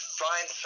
find